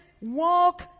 Walk